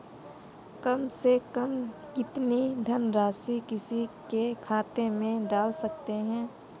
कम से कम कितनी धनराशि किसी के खाते में डाल सकते हैं?